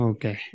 Okay